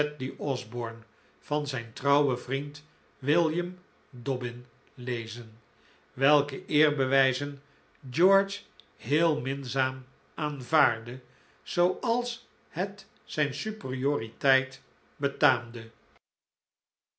osborne van zijn trouwen vriend william dobbin lezen welke eerbewijzen george heel minzaam aanvaardde zooals het zijn superioriteit betaamde